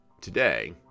today